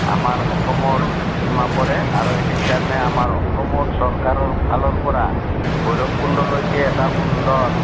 আমাৰ অসমৰ সীমা পৰে আৰু সেইকাৰণে আমাৰ অসমৰ চৰকাৰৰ ফালৰপৰা ভৈৰৱকুণ্ডলৈকে এটা সুন্দৰ